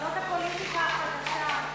זאת הפוליטיקה החדשה.